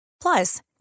Plus